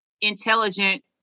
intelligent